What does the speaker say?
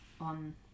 on